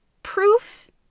Proof